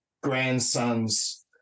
grandson's